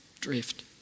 Drift